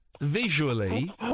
visually